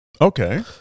Okay